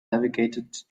navigated